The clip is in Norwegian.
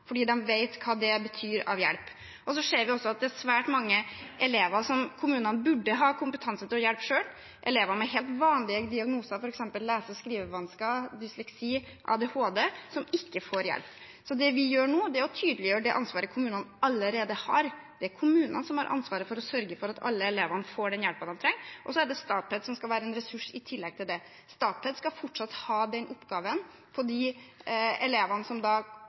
fordi de vet hva det betyr av hjelp. Vi ser også at det er svært mange elever som kommunene burde hatt kompetanse til å hjelpe selv – elever med helt vanlige diagnoser, som f.eks. lese- og skrivevansker, dysleksi, ADHD – som ikke får hjelp. Det vi gjør nå, er å tydeliggjøre det ansvaret kommunene allerede har. Det er kommunene som har ansvaret for å sørge for at alle elever får den hjelpen de trenger. Statped skal være en ressurs i tillegg til det. Statped skal fortsatt ha oppgaven med de elevene som